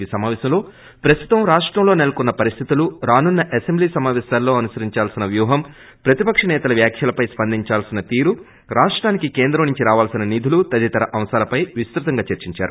ఈ సమాపేశంలో ప్రస్తుతం రాష్టంలో నెలకొన్న పరిస్థితులు రానున్న అసెంబ్లీ సమాపేశాలలో అనుసరించవలసిన వ్యూహం ప్రతి పక్ష సేతల వ్యాఖ్యలపై స్పందించవలసిన తీరు రాష్టానికి కేంద్రం నుంచి రావలసిన నిధులు తదితర అంశాలపై విస్తృతంగా చర్చించారు